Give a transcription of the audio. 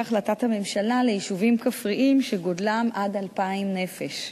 החלטת הממשלה ליישובים כפריים שגודלם עד 2,000 נפש.